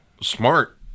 smart